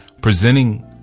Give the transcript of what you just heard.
presenting